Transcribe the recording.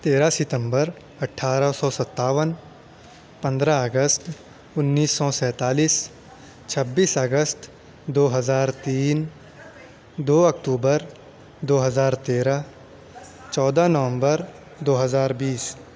تیرہ ستمبر اٹھارہ سو ستاون پندرہ اگست انّیس سو سینتالیس چھبیس اگست دو ہزار تین دو اکتوبر دو ہزار تیرہ چودہ نومبر دو ہزار بیس